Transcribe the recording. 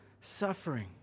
suffering